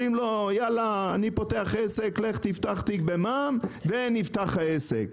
אומרים לו: לך תפתח תיק במע"מ ונפתח העסק.